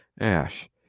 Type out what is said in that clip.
Ash